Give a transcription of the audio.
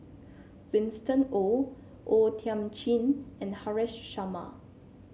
Winston Oh O Thiam Chin and Haresh Sharma